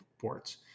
ports